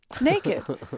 naked